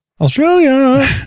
Australia